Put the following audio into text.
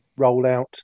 rollout